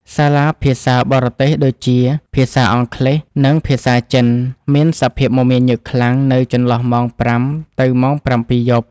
សាលាភាសាបរទេសដូចជាភាសាអង់គ្លេសនិងភាសាចិនមានសភាពមមាញឹកខ្លាំងនៅចន្លោះម៉ោងប្រាំទៅម៉ោងប្រាំពីរយប់។